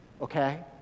Okay